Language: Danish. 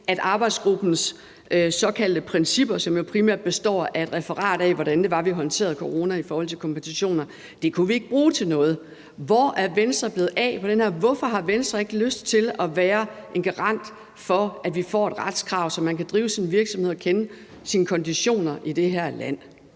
at arbejdsgruppens såkaldte principper, som jo primært består af et referat af, hvordan det var, vi håndterede corona i forhold til kompensationer, kunne vi ikke bruge til noget. Hvor er Venstre blevet af i det her? Hvorfor har Venstre ikke lyst til at være en garant for, at vi får et retskrav, så man kan drive sin virksomhed og kende sine konditioner i det her land?